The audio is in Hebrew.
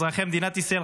אזרחי ישראל,